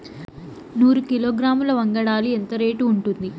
నూరు కిలోగ్రాముల వంగడాలు ఎంత రేటు ఉంటుంది?